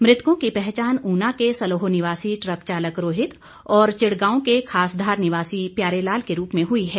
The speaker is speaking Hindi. मृतकों की पहचान ऊना के सलोह निवासी ट्रक चालक रोहित और चिड़गांव के खासधार निवासी प्यारे लाल के रूप में हुई है